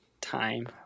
Time